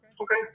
Okay